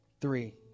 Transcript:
three